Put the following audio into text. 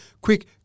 quick